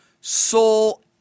soul